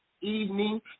evening